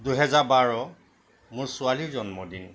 দুহেজাৰ বাৰ মোৰ ছোৱালীৰ জন্মদিন